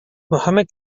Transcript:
mohamed